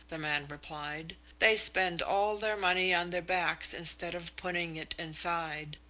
the man replied. they spend all their money on their backs instead of putting it inside.